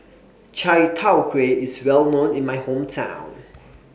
Chai Tow Kuay IS Well known in My Hometown